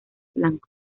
blanco